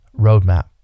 roadmap